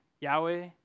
Yahweh